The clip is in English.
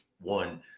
one